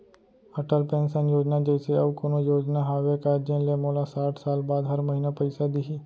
Atal pension Yojana जइसे अऊ कोनो योजना हावे का जेन ले मोला साठ साल बाद हर महीना पइसा दिही?